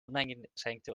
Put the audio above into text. uneingeschränkte